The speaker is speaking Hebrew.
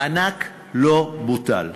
1. המענק לא בוטל